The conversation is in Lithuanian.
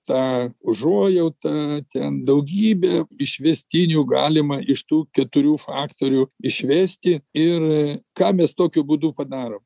tą užuojautą ten daugybė išvestinių galima iš tų keturių faktorių išvesti ir ką mes tokiu būdu padarom